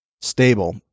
stable